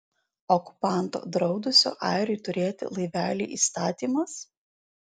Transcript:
okupanto draudusio airiui turėti laivelį įstatymas